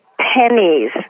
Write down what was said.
pennies